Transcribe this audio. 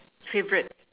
favourite